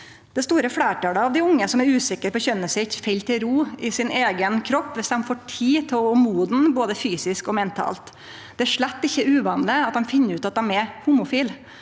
Det store fleirtalet av dei unge som er usikre på kjønnet sitt, fell til ro i sin eigen kropp viss dei får tid til å modne både fysisk og mentalt. Det er slett ikkje uvanleg at dei finn ut at dei er homofile.